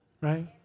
Right